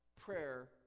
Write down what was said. Prayer